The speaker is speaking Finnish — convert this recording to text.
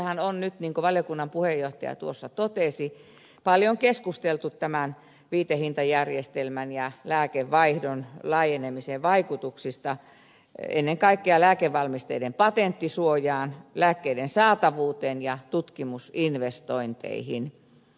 julkisuudessahan on nyt niin kuin valiokunnan puheenjohtaja tuossa totesi paljon keskusteltu tämän viitehintajärjestelmän ja lääkevaihdon laajenemisen vaikutuksista ennen kaikkea lääkevalmisteiden patenttisuojaan lääkkeiden saatavuuteen ja tutkimusinvestointeihin